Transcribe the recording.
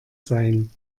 sein